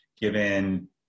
given